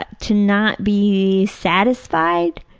ah to not be satisfied.